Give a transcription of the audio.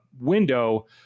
window